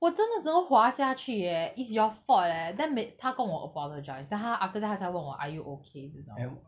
我真的整个滑下去 eh it's your fault leh then 没她跟我 apologise then 她 after that 她才问我 are you okay 这种